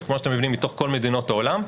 כמו שאתה מבנים מתוך כל מדינות העולם,